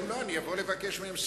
אם לא, אני אבוא לבקש מהם סליחה.